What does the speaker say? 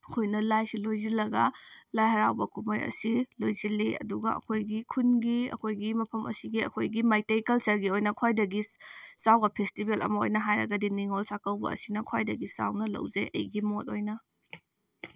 ꯑꯩꯈꯣꯏꯅ ꯂꯥꯏꯁꯤ ꯂꯣꯏꯁꯤꯜꯂꯒ ꯂꯥꯏ ꯍꯔꯥꯎꯕ ꯀꯨꯝꯍꯩ ꯑꯁꯤ ꯂꯣꯏꯁꯤꯜꯂꯤ ꯑꯗꯨꯒ ꯑꯩꯈꯣꯏꯒꯤ ꯈꯨꯟꯒꯤ ꯑꯩꯈꯣꯏꯒꯤ ꯃꯐꯝ ꯑꯁꯤꯒꯤ ꯑꯩꯈꯣꯏꯒꯤ ꯃꯩꯇꯩ ꯀꯜꯆꯔꯒꯤ ꯑꯣꯏꯅ ꯈ꯭ꯋꯥꯏꯗꯒꯤ ꯆꯥꯎꯕ ꯐꯦꯁꯇꯤꯚꯦꯜ ꯑꯃ ꯑꯣꯏꯅ ꯍꯥꯏꯔꯒꯗꯤ ꯅꯤꯉꯣꯜ ꯆꯥꯛꯀꯧꯕ ꯑꯁꯤꯅ ꯈ꯭ꯋꯥꯏꯗꯒꯤ ꯆꯥꯎꯅ ꯂꯧꯖꯩ ꯑꯩꯒꯤ ꯃꯣꯠ ꯑꯣꯏꯅ